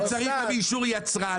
הוא צריך להביא אישור יצרן.